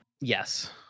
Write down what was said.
Yes